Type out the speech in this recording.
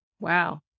Wow